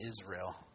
Israel